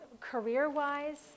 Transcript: career-wise